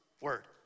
word